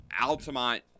Altamont